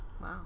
Wow